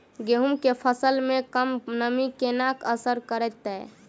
गेंहूँ केँ फसल मे कम नमी केना असर करतै?